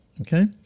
Okay